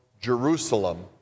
Jerusalem